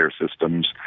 systems